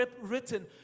written